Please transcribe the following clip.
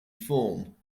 form